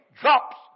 drops